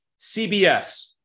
CBS